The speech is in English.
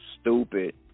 stupid